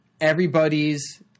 everybody's